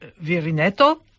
Virineto